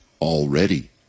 already